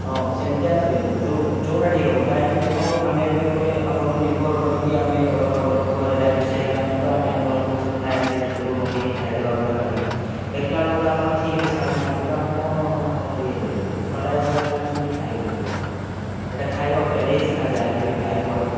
ହଁ ସେମିତି ଏକା ଦିଅନ୍ତୁ ଯେଉଁ ଯେଉଁଟା ଠିକ୍ ହେବ କାହିଁକି ଦେଖନ୍ତୁ ଆମେ ଏବେ ଗୋଟିଏ ଆପଣଙ୍କୁ ନିର୍ଭର କରିକି ଆମେ ଅର୍ଡ଼ର କଲୁ ଘରେ ନାଇଁ ରୋଷେଇ ହେଲାନି ତ ଆମେ ଆପଣଙ୍କୁ ନାଇଁ ଆଜି ହୋଟେଲରୁ ମଗେଇକି ଖାଇଦେବା ବୋଲି ଭାବିଲୁ ଦେଖିଲା ବେଳକୁ ଆପଣ ଠିକରେ ଛାଡ଼ୁନାହାନ୍ତି ତ ଆମେ କ'ଣ ଆପଣଙ୍କୁ ଇଏ କରିବୁ ଥଣ୍ଡା ଯାକ ଛାଡ଼ିଲେ ଆମେ କେମିତି ଖାଇବୁ କୁହନ୍ତୁ ଏଇଟା ଖାଇବା ଉପରେ ରିସ୍କ ନା ଯାହା ହେଲେ ବି ଖାଇବୁ ଆମେ